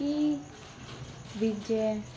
Ki Vijay